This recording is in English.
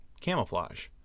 camouflage